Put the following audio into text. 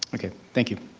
okay, thank you.